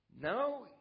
Now